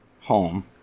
home